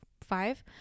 five